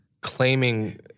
claiming